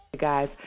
guys